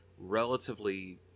relatively